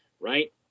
Right